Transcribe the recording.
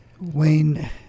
Wayne